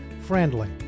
friendly